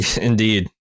Indeed